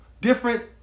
different